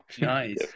Nice